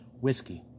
whiskey